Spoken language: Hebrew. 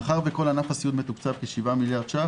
מאחר וכל ענף הסיעוד מתוקצב ב-7 מיליארד ₪